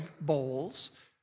bowls